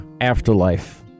afterlife